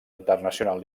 internacional